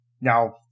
now